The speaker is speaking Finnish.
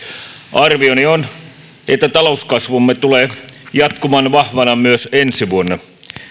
arvioni on että talouskasvumme tulee jatkumaan vahvana myös ensi vuonna